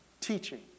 teaching